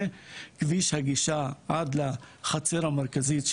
אחד הפרויקטים הוא כביש הגישה עד לחצר המרכזית,